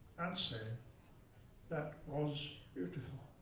and say that was beautiful.